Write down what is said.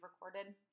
recorded